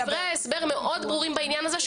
דברי ההסבר מאוד ברורים בעניין הזה.